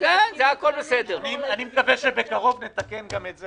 אני מקווה שבקרוב נתקן גם את זה.